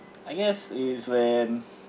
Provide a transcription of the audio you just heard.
I guess it's when